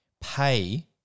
pay